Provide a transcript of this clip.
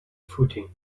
footing